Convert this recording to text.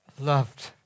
loved